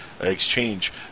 Exchange